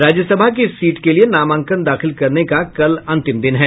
राज्यसभा की इस सीट के लिये नामांकन दाखिल करने का कल अंतिम दिन है